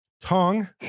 Tong